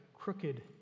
Crooked